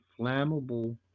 flammable